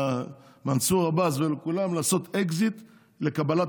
למנסור עבאס ולכולם לעשות אקזיט לקבלת